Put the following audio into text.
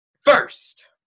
first